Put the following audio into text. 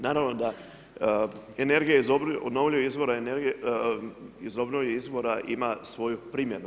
Naravno da energija iz obnovljivih izvora energije, iz obnovljivih izvora ima svoju primjenu.